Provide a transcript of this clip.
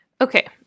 Okay